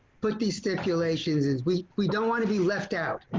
but the stipulations is we we don't want to be left out.